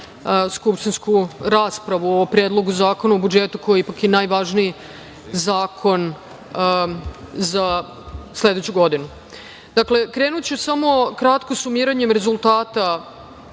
skupštinsku raspravu o Predlogu zakona o budžetu koji je ipak i najvažniji zakon za sledeću godinu. Dakle, krenuću samo kratko sumiranjem rezultata